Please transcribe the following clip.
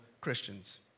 Christians